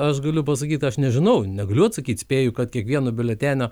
aš galiu pasakyt aš nežinau negaliu atsakyti spėju kad kiekvieno biuletenio